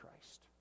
Christ